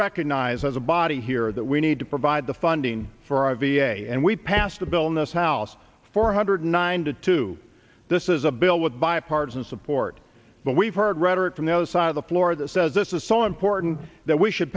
recognize as a body here that we need to provide the funding for our v a and we passed the bill in this house four hundred ninety two this is a bill with bipartisan support but we've heard rhetoric from those side of the floor that says this is so important that we should